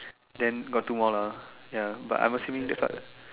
then got two more lah ya but I am assuming that part